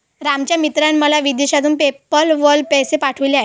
रामच्या मित्राने मला विदेशातून पेपैल वर पैसे पाठवले आहेत